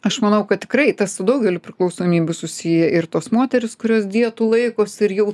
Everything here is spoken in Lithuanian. aš manau kad tikrai tas su daugeliu priklausomybių susiję ir tos moterys kurios dietų laikosi ir jau